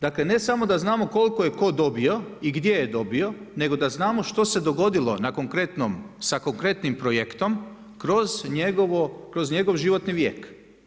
Dakle, ne samo da znamo koliko je tko dobio i gdje je dobio, nego da znamo što je dogodilo na konkretnom, sa konkretnim projektom kroz njegov životni vijek.